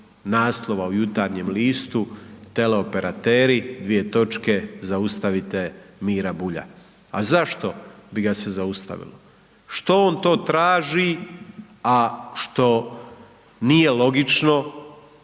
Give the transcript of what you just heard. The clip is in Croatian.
naslova u Jutarnjem listu, teleoperateri dvije točke, zaustavite Mira Bulja. A zašto bi ga se zaustavilo? Što on to traži, a što nije logično,